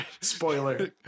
spoiler